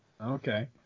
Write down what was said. Okay